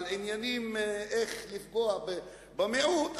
על עניינים של איך לפגוע במיעוט,